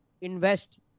invest